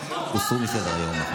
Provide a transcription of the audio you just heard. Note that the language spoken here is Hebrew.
שבוע הבא.